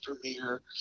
premiere